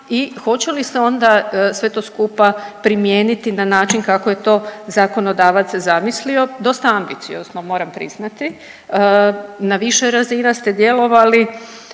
i hoće li se onda sve to skupa primijeniti na način kako je to zakonodavac zamislio. Dosta ambiciozno, moram priznati. Na više razina ste djelovali